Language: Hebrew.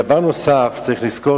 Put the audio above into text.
דבר נוסף, צריך לזכור